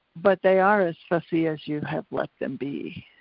but they are as fussy as you have let them be.